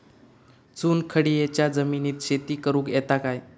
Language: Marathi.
चुनखडीयेच्या जमिनीत शेती करुक येता काय?